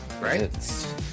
Right